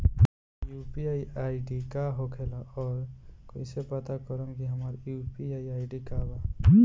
UPI ID का होखेला और कईसे पता करम की हमार यू.पी.आई आई.डी का बा?